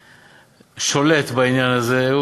ששולט בעניין הזה,